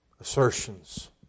assertions